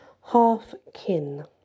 Half-kin